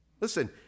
Listen